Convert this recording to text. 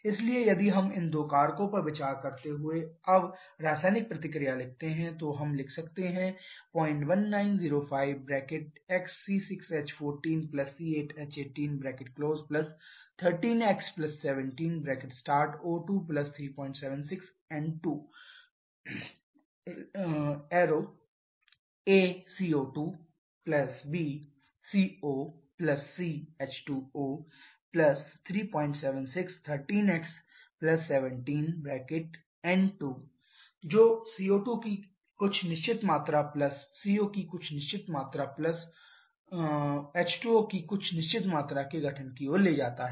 इसलिए यदि हम इन दो कारकों पर विचार करते हुए अब रासायनिक प्रतिक्रिया लिखते हैं तो हम लिख सकते हैं 01905 x C6H14 C8H18 13x 17 O2 376 N2 🡪 CO2 CO H2O 37613x 17 N2 जो CO2 की कुछ निश्चित मात्रा प्लस CO की कुछ निश्चित मात्रा प्लस को H2O की कुछ निश्चित मात्रा के गठन की ओर ले जाता है